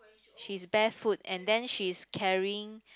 she's barefoot and then she's carrying